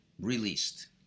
released